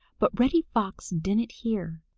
but reddy fox didn't hear,